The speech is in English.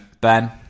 Ben